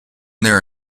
their